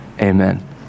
amen